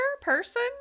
person